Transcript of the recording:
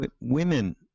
women